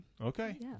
Okay